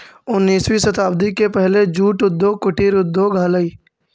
उन्नीसवीं शताब्दी के पहले जूट उद्योग कुटीर उद्योग हलइ